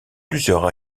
plusieurs